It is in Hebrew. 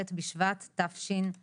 ט' בשבת תשפ"ב.